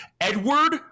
Edward